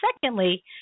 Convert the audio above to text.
secondly